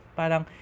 parang